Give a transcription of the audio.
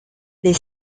les